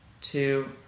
two